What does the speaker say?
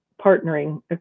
partnering